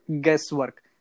guesswork